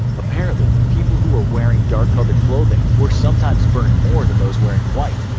apparently, people who were wearing dark colored clothing were sometimes burned more than those wearing white,